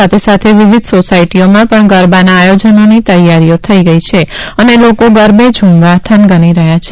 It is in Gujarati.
સાથે સાથે વિવિધ સોસાયટીઓમાં પણ ગરબાના આયોજનની તૈયારીઓ કરાઇ છે અને લોકો ગરબે ઝૂમવા થનગની રહ્યા છે